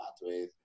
pathways